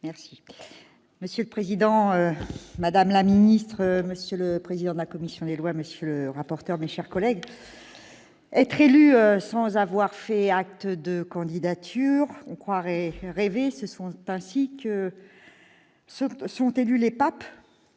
Assassi. Monsieur le président, madame la ministre, monsieur le président de la commission des lois, monsieur le rapporteur, mes chers collègues, être élu sans avoir fait acte de candidature ? On croit rêver ! Si c'est ainsi que sont élus les papes,